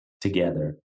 together